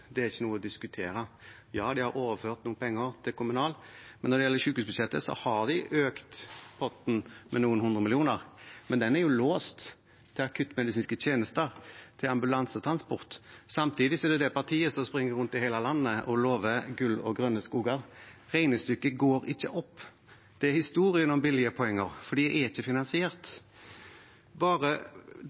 det laveste sykehusbudsjettet. Det er ikke noe å diskutere. Ja, de har overført noen penger til kommunal, og når det gjelder sykehusbudsjettet, har de økt potten med noen hundre millioner, men den er låst til akuttmedisinske tjenester, til ambulansetransport. Samtidig er de det partiet som springer rundt i hele landet og lover gull og grønne skoger. Regnestykket går ikke opp. Det er historien om billige poenger, for det er ikke finansiert. Bare